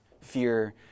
fear